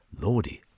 Lordy